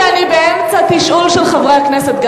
כי אני באמצע תשאול של חברי הכנסת,